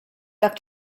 tak